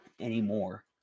anymore